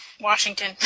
Washington